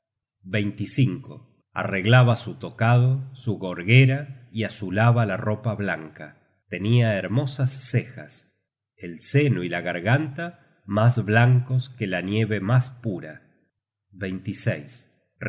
mangas arreglaba su tocado su gorguera y azulaba la ropa blanca tenia hermosas cejas el seno y la garganta mas blancos que la nieve mas pura